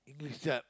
English chart